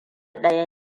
ɗaya